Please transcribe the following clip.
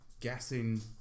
guessing